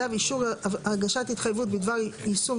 היתר הפעלה - היתר לפי פקודה זו שניתן להפעלת מפעל לבשר